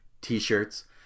t-shirts